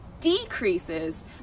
decreases